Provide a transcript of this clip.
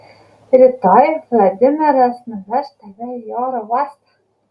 rytoj vladimiras nuveš tave į oro uostą